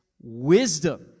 Wisdom